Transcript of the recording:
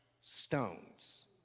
stones